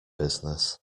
business